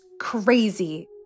crazy